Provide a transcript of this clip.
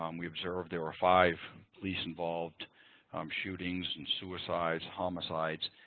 um we observed there were five police-involved shootings, and suicides, homicides.